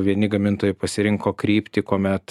vieni gamintojai pasirinko kryptį kuomet